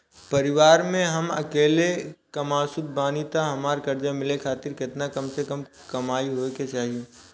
परिवार में हम अकेले कमासुत बानी त हमरा कर्जा मिले खातिर केतना कम से कम कमाई होए के चाही?